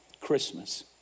Christmas